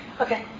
Okay